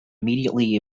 immediately